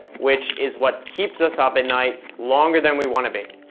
which is what keeps us up at night longer than we want to be.